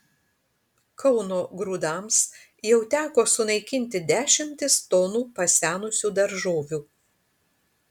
kauno grūdams jau teko sunaikinti dešimtis tonų pasenusių daržovių